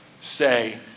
say